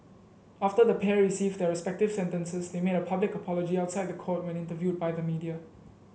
after the pair received their respective sentences they made a public apology outside the court when interviewed by the media